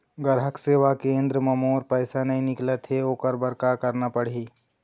ग्राहक सेवा केंद्र म मोर पैसा नई निकलत हे, ओकर बर का करना पढ़हि?